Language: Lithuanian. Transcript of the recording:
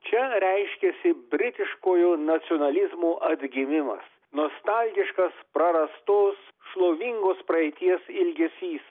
čia reiškiasi britiškojo nacionalizmo atgimimas nostalgiškas prarastos šlovingos praeities ilgesys